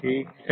ठीक है